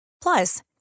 Plus